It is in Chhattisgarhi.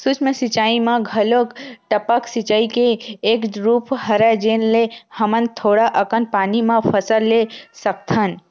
सूक्ष्म सिचई म घलोक टपक सिचई के एक रूप हरय जेन ले हमन थोड़ा अकन पानी म फसल ले सकथन